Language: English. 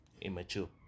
immature